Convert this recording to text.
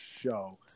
show